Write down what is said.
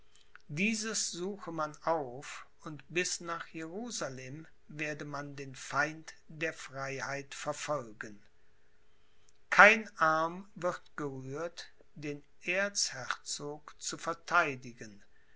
dieses suche man auf und bis nach jerusalem werde man den feind der freiheit verfolgen kein arm wird gerührt den erzherzog zu verteidigen